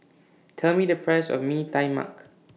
Tell Me The Price of Mee Tai Mak